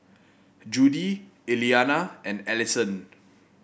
Judy Eliana and Allyson